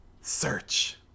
Search